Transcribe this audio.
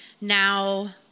Now